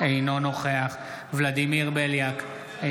אינו נוכח ולדימיר בליאק,